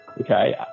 Okay